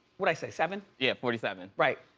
what i say seven? yeah, forty seven. right.